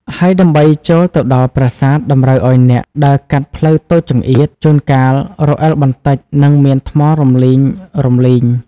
ហើយដើម្បីចូលទៅដល់ប្រាសាទតម្រូវឱ្យអ្នកដើរកាត់ផ្លូវតូចចង្អៀត ជួនកាលរអិលបន្តិចនិងមានថ្មរំលីងៗ។